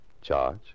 Charge